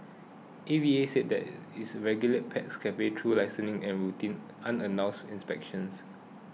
A V A said it regulates pet cafes through licensing and routine unannounced inspections